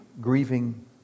grieving